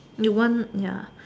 you want ya